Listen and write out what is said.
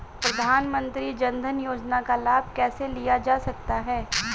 प्रधानमंत्री जनधन योजना का लाभ कैसे लिया जा सकता है?